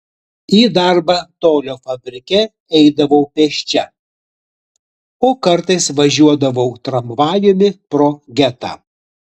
į darbą tolio fabrike eidavau pėsčia o kartais važiuodavau tramvajumi pro getą